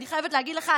אני חייבת להגיד לך,